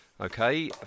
Okay